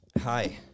hi